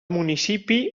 municipi